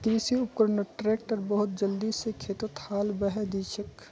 कृषि उपकरणत ट्रैक्टर बहुत जल्दी स खेतत हाल बहें दिछेक